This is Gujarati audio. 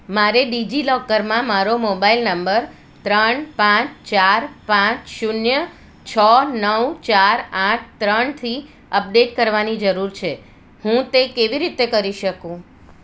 મારે ડિજિલોકરમાં મારો મોબાઇલ નંબર ત્રણ પાંચ ચાર પાંચ શૂન્ય છ નવ ચાર આઠ ત્રણથી અપડેટ કરવાની જરૂર છે હું તે કેવી રીતે કરી શકું